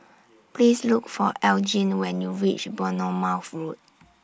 Please Look For Elgin when YOU REACH Bournemouth Road